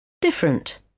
Different